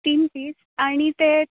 तीन पिस आनी तें